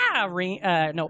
No